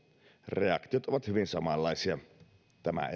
reaktiot ovat hyvin samanlaisia tämä